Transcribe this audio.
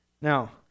now